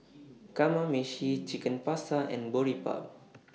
Kamameshi Chicken Pasta and Boribap